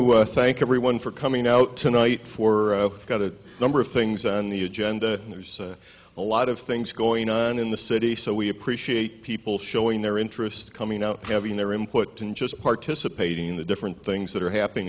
were thank everyone for coming out tonight for got a number of things on the agenda and there's a lot of things going on in the city so we appreciate people showing their interest coming up having their input and just participating in the different things that are happening